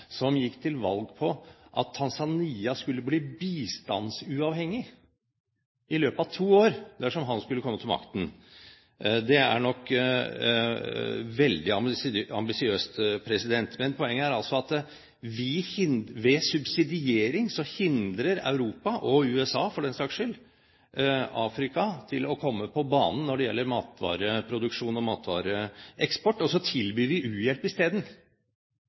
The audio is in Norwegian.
Tanzania gikk til valg på at Tanzania skulle bli bistandsuavhengig i løpet av to år dersom han skulle komme til makten. Det er nok veldig ambisiøst. Men poenget er altså at ved subsidiering hindrer Europa – og USA, for den saks skyld – Afrika i å komme på banen når det gjelder matvareproduksjon og matvareeksport, og så tilbyr vi u-hjelp isteden.